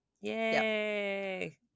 Yay